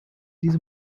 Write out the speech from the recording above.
diese